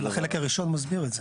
אבל החלק הראשון מסביר את זה.